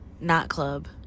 nightclub